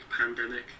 pandemic